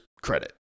credit